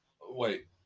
wait